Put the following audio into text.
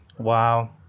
wow